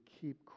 keep